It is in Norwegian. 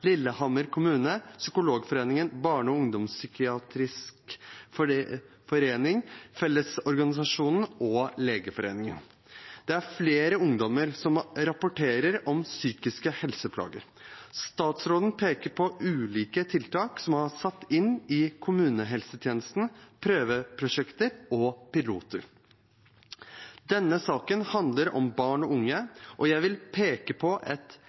Lillehammer kommune, Psykologforeningen, Norsk barne- og ungdomspsykiatrisk forening, Fellesorganisasjonen og Legeforeningen. Det er flere ungdommer som rapporterer om psykiske helseplager. Statsråden peker på ulike tiltak som er satt inn i kommunehelsetjenesten, prøveprosjekter og piloter. Denne saken handler om barn og unge, og jeg vil peke på et